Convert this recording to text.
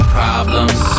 problems